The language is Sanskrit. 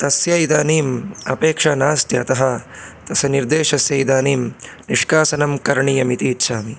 तस्य इदानीम् अपेक्षा नास्ति अतः तस्य निर्देशस्य इदानीं निष्कासनं करणीयम् इति इच्छामि